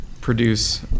produce